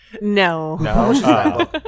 No